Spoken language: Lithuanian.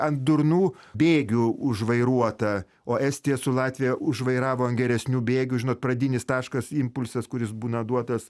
ant durnų bėgių užvairuota o estija su latvija užvairavo ant geresnių bėgių žinot pradinis taškas impulsas kuris būna duotas